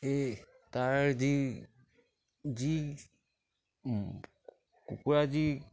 সেই তাৰ যি যি কুকুৰা যি